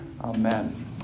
Amen